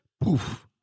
poof